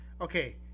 Okay